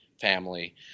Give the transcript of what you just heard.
family